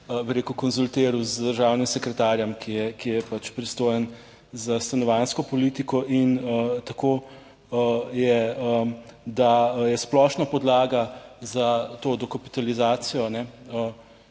rekel, konzultiral z državnim sekretarjem, ki je pač pristojen za stanovanjsko politiko in tako je, da je splošna podlaga za to dokapitalizacijo